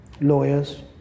Lawyers